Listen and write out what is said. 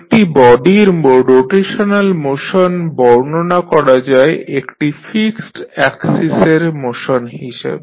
একটি বডির rotational motion বর্ণনা করা যায় একটি ফিক্সড অ্যাক্সিসের মোশন হিসাবে